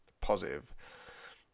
positive